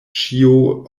ĉio